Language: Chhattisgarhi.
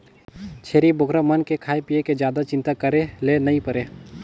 छेरी बोकरा मन के खाए पिए के जादा चिंता करे ले नइ परे